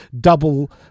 double